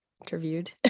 interviewed